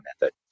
method